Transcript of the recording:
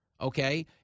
okay